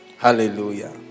Hallelujah